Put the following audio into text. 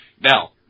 Now